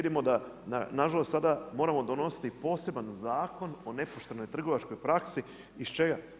Nažalost sada moramo donositi poseban zakon o nepoštenoj trgovačkoj praksi iz čega?